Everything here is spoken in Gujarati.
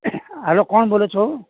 હલો કોણ બોલો છો